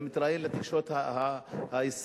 גם מתראיין לתקשורת הישראלית.